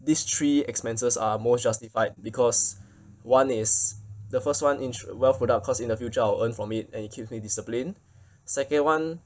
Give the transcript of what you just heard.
these three expenses are most justified because one is the first one ins~ wealth product cause in the future I will earn from it and it keeps me disciplined second one